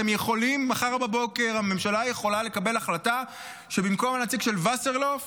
מחר בבוקר הממשלה יכולה לקבל החלטה שבמקום הנציג של וסרלאוף